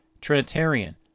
Trinitarian